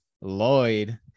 lloyd